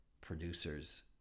producers